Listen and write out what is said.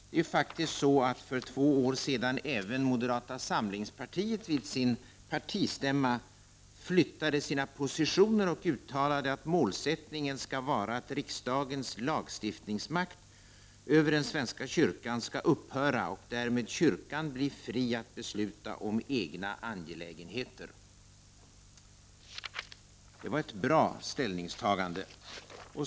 Det är ju faktiskt så att för två år sedan även moderata samlingspartiet vid sin partistämma flyttade sina positioner och uttalade att målsättningen skall vara att riksdagens lagstiftningsmakt över den svenska kyrkan skall upphöra och därmed kyrkan bli fri att besluta om egna angelägenheter. Det var ett bra ställningstagande.